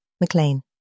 McLean